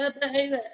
baby